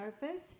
surface